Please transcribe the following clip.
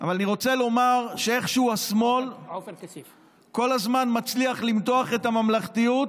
אבל אני רוצה לומר שאיכשהו השמאל כל הזמן מצליח למתוח את הממלכתיות